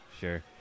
Sure